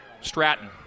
Stratton